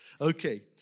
okay